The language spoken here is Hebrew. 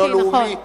ולא לאומי,